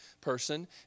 person